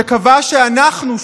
שקבע שאנחנו,